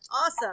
Awesome